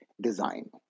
design